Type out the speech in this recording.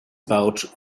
pouch